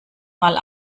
mal